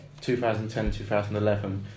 2010-2011